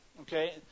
Okay